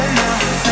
now